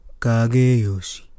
Kageyoshi